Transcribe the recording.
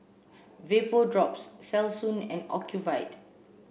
Vapodrops Selsun and Ocuvite